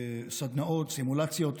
סדנאות, סימולציות,